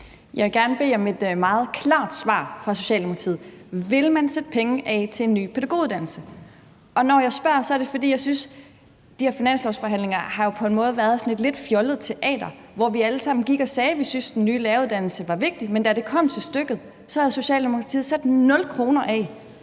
gerne bede om et meget klart svar fra Socialdemokratiet: Vil man sætte penge af til en ny pædagoguddannelse? Når jeg spørger, er det jo, fordi jeg synes, at de her finanslovsforhandlinger på en måde har været sådan et lidt fjollet teater, hvor vi alle sammen gik og sagde, at vi syntes, den nye læreruddannelse var vigtig, men da det kom til stykket, havde Socialdemokratiet sat 0 kr. af